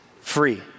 free